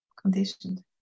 conditioned